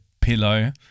pillow